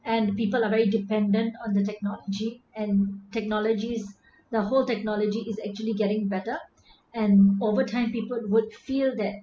and people are very dependent on the technology and technologies the whole technology is actually getting better and overtime people would feel that